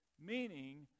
Meaning